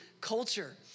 culture